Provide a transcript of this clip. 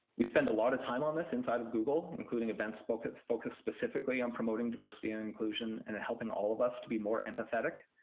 we spend a lot of time on this inside of google, including events focused focused specifically on promoting diversity and inclusion and helping all of us to be more empathetic.